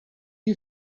you